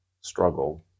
struggle